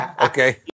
okay